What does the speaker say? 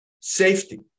safety